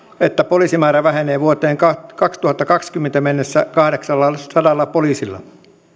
että poliisimäärä vähenee vuoteen kaksituhattakaksikymmentä mennessä kahdeksallasadalla poliisilla